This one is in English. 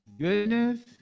goodness